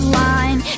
line